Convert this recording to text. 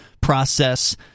process